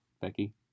Becky